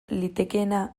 litekeena